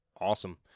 Awesome